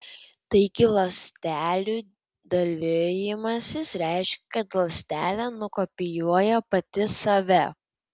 taigi ląstelių dalijimasis reiškia kad ląstelė nukopijuoja pati save